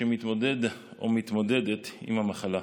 שמתמודד או מתמודדת עם המחלה.